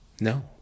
No